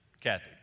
Kathy